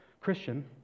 Christian